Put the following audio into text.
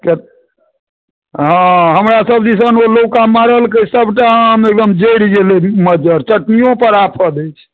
हँ हमरासभ दिसन ओलोका मारलकै सभटा आम एकदम जड़ि गेलै मज्जर चटनिओपर आफत अछि